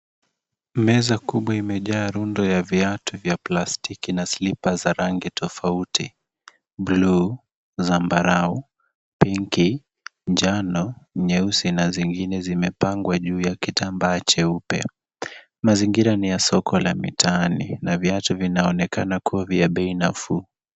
Meza kubwa imejaa rundo ya viatu vya plastiki na slipas za rangi tofauti, blue, zambarau, pinki, njano, nyeusi na zingine zimepangwa juu ya kitamba cheupe. Mazingira ni ya soko la mitaani na viatu vinaonekana kuwa vya bei nafuu.